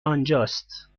آنجاست